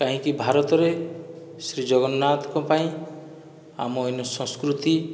କାହିଁକି ଭାରତରେ ଶ୍ରୀ ଜଗନ୍ନାଥଙ୍କ ପାଇଁ ଆମ ଏନୁ ସଂସ୍କୃତି